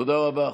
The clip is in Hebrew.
תודה רבה.